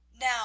Now